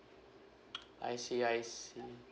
I see I see